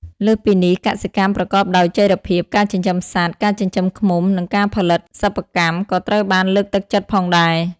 លើសពីនេះ កសិកម្មប្រកបដោយចីរភាព ការចិញ្ចឹមសត្វ ការចិញ្ចឹមឃ្មុំ និងការផលិតសិប្បកម្ម ក៏ត្រូវបានលើកទឹកចិត្តផងដែរ។